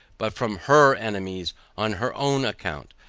but from her enemies on her own account,